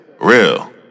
real